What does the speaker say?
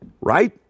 right